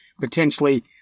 potentially